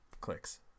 clicks